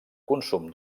consum